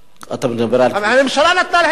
אבל הממשלה נתנה להם פטור.